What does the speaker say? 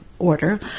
order